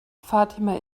fatima